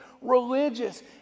religious